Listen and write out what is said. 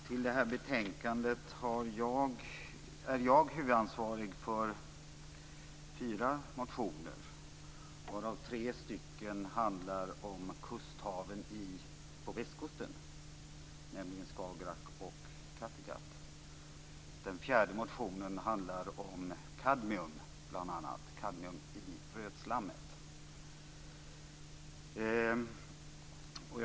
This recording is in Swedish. Fru talman! Vad gäller detta betänkande är jag huvudansvarig för fyra motioner, varav tre handlar om kusthaven på västkusten, nämligen Skagerrak och Kattegatt. Den fjärde motionen handlar om kadmium, bl.a., i rötslammet.